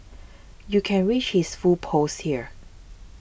you can reach his full post here